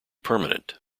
permanent